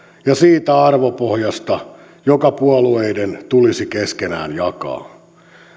ja siitä arvopohjasta joka puolueiden tulisi keskenään jakaa